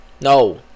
No